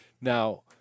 Now